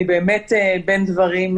אני באמת בין דברים,